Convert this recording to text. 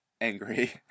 angry